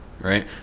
right